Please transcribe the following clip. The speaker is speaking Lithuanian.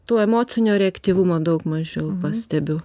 tų emocinio reaktyvumo daug mažiau pastebiu